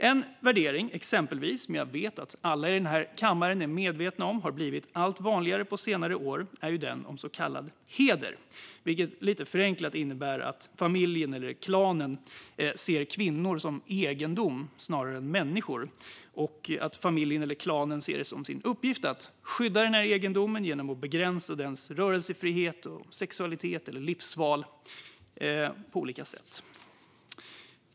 En värdering som har blivit allt vanligare på senare år är den om så kallad heder, vilket nog alla i den här kammaren är medvetna om. Lite förenklat innebär det att familjen eller klanen ser kvinnor som egendom snarare än människor. Familjen eller klanen ser det som sin uppgift att skydda egendomen genom att på olika sätt begränsa dess rörelsefrihet, sexualitet eller livsval.